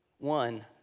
One